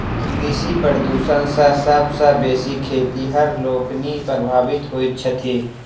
कृषि प्रदूषण सॅ सभ सॅ बेसी खेतिहर लोकनि प्रभावित होइत छथि